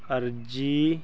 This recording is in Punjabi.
ਅਰਜ਼ੀ